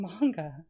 manga